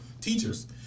teachers